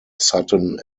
sutton